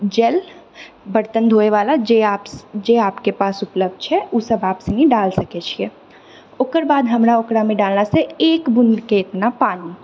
jail बर्तन धोयवला जिएप्स जे आपके पास उपलब्ध छै उ सभ आप से ही डाल सकै छियै ओकर बाद हमरा ओकरामे डालना छै एक बूँदके इतना पानि